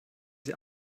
sie